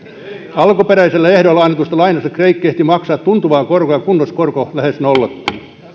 alkuperäisillä ehdoilla annetusta lainasta kreikka ehti maksaa tuntuvaa korkoa kunnes korko lähes nollattiin